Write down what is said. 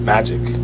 Magic